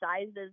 sizes